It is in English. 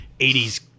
80s